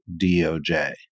DOJ